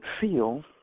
feel